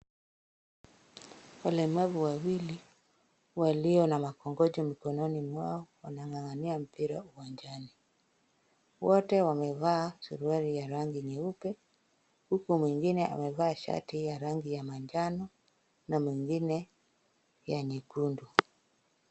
Walemavu wawil walio na mikongojo mikononi mwao wanang'ang'a mpira uwanjani. Wote wamevaa suruali ya rangi nyeupe huku mwingine amevaa shati ya rangi ya manjano na mwingne ya nyekundu.